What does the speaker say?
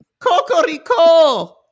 Cocorico